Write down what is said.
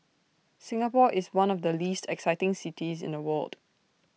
Singapore is one of the least exciting cities in the world